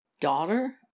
daughter